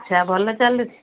ଆଚ୍ଛା ଭଲ ଚାଲୁଛି